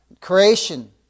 Creation